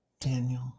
Daniel